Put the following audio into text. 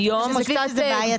את חושבת שזה בעייתי?